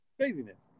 craziness